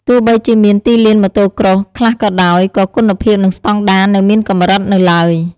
ទោះបីជាមានទីលាន Motocross ខ្លះក៏ដោយ ក៏គុណភាព និងស្តង់ដារនៅមានកម្រិតនៅឡើយ។